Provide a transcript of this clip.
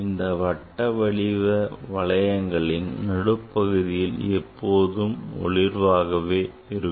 இந்த வட்ட வடிவ வளையங்களின் நடுப்பகுதி எப்போதும் ஒளிர்வாகவே இருக்கும்